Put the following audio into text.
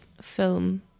film